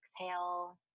Exhale